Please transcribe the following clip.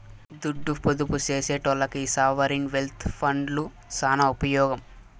దుడ్డు పొదుపు సేసెటోల్లకి ఈ సావరీన్ వెల్త్ ఫండ్లు సాన ఉపమోగం